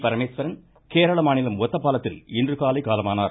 பரமேஸ்வரன் கேரள மாநிலம் ஒத்தபாலத்தில் இன்றுகாலை காலமானார்